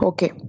Okay